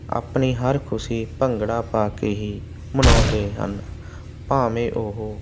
ਆਪਣੀ ਹਰ ਖੁਸ਼ੀ ਭੰਗੜਾ ਪਾ ਕੇ ਹੀ ਮਨਾਉਂਦੇ ਹਨ ਭਾਵੇਂ ਉਹ